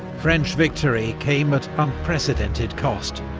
french victory came at unprecedented cost